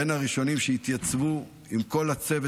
היה בין הראשונים שהתייצבו עם כל הצוות